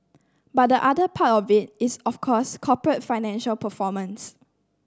but the other part of it is of course corporate financial performance